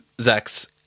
Zach's